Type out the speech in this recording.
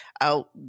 out